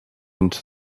into